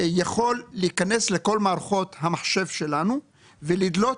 יכול להיכנס לכל מערכות המחשב שלנו ולדלות